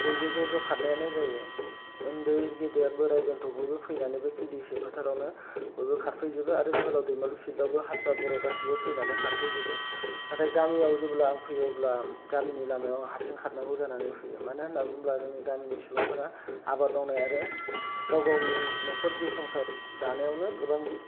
बयबो ज' ज' खारनायानो जायो ओन्दै गेदेर बोराय बेन्थ' बयबो फैनानै B K D S A फोथारावनो बयबो खारफैजोबो आरो जोहोलाव दैमालु फिलआवबो हारसा बर बयबो फैनानै खारफैजोबो नाथाय गामियाव जेब्ला आं फैयो अब्ला गामिनि लामायाव हारसिं खारनांगौ जानानै फैयो मानो होननानै बुङोब्ला जोंनि गामिनि सुबुंफोरा आबाद मावनाय आरो गाव गावनि नखर जिउ संसार दानायावनो गोबां